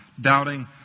doubting